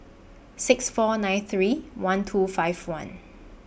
six four nine three one two five one